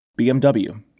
BMW